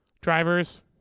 drivers